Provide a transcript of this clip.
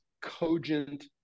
cogent